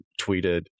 tweeted